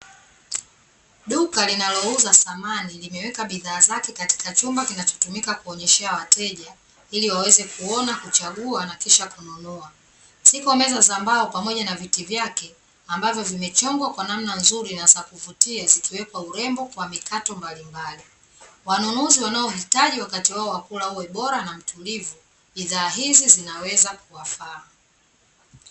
Duka linalouza samani limeweka bidhaa zake katika chumba kinachotumika kuonyeshea wateja ili waweze kuona, kuchagua na kisha kununua. Ziko meza za mbao pamoja na viti vyake ambavyo vimechongwa kwa namna nzuri na za kuvutia zikiwekwa urembo kwa mikato mbalimbali. Wanunuzi wanaohitaji wakati wao wa kula uwe bora na mtulivu, bidhaa hizi zinaweza kuwafaa.